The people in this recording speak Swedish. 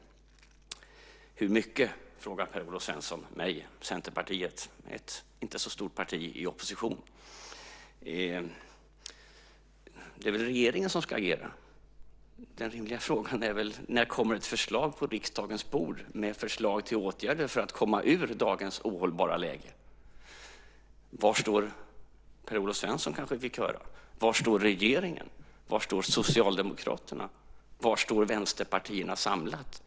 Hur mycket? frågar Per-Olof Svensson mig och Centerpartiet - ett inte så stort parti i opposition. Det är väl regeringen som ska agera. Den rimliga frågan är: När kommer ett förslag på riksdagens bord med förslag till åtgärder för att komma ur dagens ohållbara läge? Var står Per-Olof Svensson? kanske vi får höra. Var står regeringen? Var står Socialdemokraterna? Var står vänsterpartierna samlat?